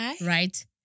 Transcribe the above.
Right